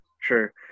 sure